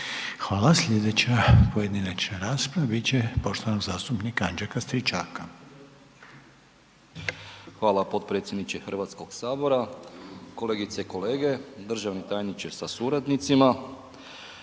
Slijedeća pojedinačna rasprava